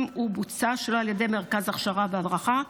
הוא בוצע שלא על ידי מרכז הכשרה והדרכה,